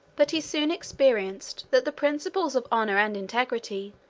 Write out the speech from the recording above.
but he soon experienced that the principles of honor and integrity,